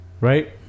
Right